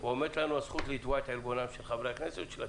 ועומדת לנו הזכות לתבוע את עלבונם של חברי הכנסת ושל הציבור.